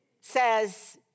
says